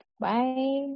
Bye